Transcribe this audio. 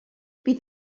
bydd